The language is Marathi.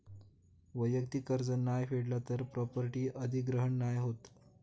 वैयक्तिक कर्ज नाय फेडला तर प्रॉपर्टी अधिग्रहण नाय होत